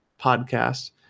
podcast